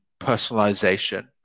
personalization